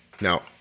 Now